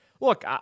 look